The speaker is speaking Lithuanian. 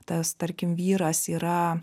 tas tarkim vyras yra